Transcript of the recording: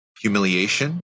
humiliation